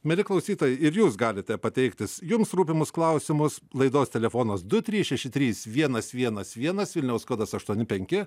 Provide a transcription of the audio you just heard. mieli klausytojai ir jūs galite pateikti jums rūpimus klausimus laidos telefonas du trys šeši trys vienas vienas vienas vilniaus kodas aštuoni penki